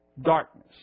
darkness